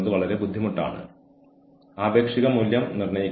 അവരുടെ ജോലി എന്താണെന്ന് നമ്മൾ അവരോട് പറയുന്നു